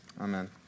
Amen